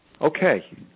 Okay